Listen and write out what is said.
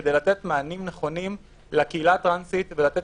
כדי לתת מענים נכונים לקהילה הטרנסית ולתת